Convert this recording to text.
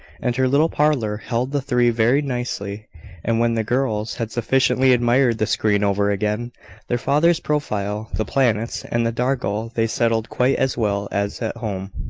and her little parlour held the three very nicely and when the girls had sufficiently admired the screen over again their father's profile, the planets, and the dargle, they settled quite as well as at home.